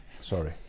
Sorry